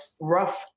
rough